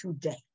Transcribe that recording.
today